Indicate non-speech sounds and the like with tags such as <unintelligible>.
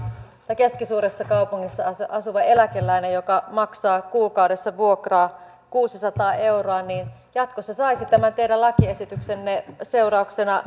tai keskisuuressa kaupungissa asuva eläkeläinen joka maksaa kuukaudessa vuokraa kuusisataa euroa jatkossa saisi tämän teidän lakiesityksenne seurauksena <unintelligible>